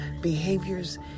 behaviors